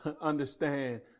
understand